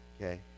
okay